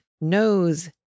knows